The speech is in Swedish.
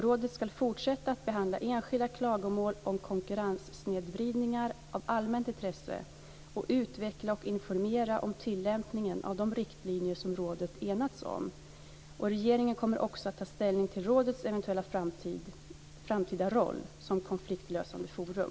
Rådet ska fortsätta att behandla enskilda klagomål om konkurrenssnedvridningar av allmänt intresse och utveckla och informera om tillämpningen av de riktlinjer som rådet enats om. Regeringen kommer också ta ställning till rådets eventuella framtida roll som konfliktlösande forum.